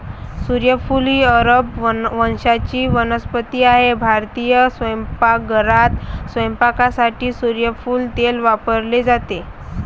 सूर्यफूल ही अरब वंशाची वनस्पती आहे भारतीय स्वयंपाकघरात स्वयंपाकासाठी सूर्यफूल तेल वापरले जाते